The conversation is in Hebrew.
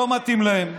לא מתאים להם,